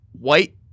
white